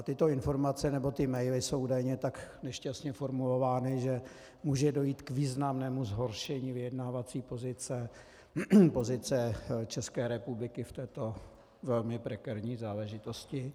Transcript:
Tyto informace nebo ty maily jsou údajně tak nešťastně formulovány, že může dojít k významnému zhoršení vyjednávací pozice České republiky v této velmi prekérní záležitosti.